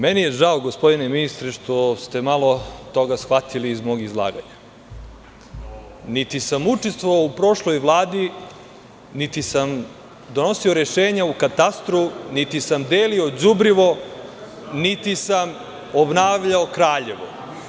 Meni je žao gospodine ministre, što ste malo toga shvatili iz mog izlaganja, niti sam učestvovao u prošloj Vladi, niti sam donosio rešenja u katastru, niti sam delio đubrivo, niti sam obnavljao Kraljevo.